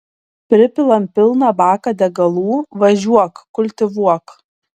pripilam pilną baką degalų važiuok kultivuok